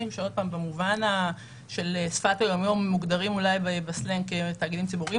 שבמובן של שפת היום יום אולי מוגדרים בסלנג כתאגידים ציבוריים